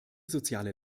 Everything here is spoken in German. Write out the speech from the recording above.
soziale